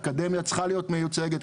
אקדמיה צריכה להיות מיוצגת,